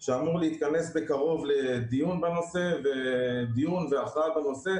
שאמור להתכנס בקרוב לדיון והכרעה בנושא.